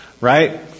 Right